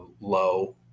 low